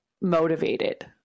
motivated